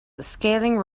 scaling